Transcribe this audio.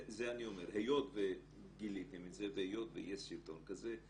היות וגיליתם את זה והיות ויש סרטון כזה,